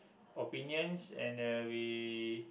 opinions and we